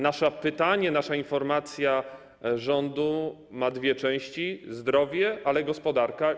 Nasze pytanie, nasza informacja rządu ma dwie części: zdrowie, ale też gospodarka.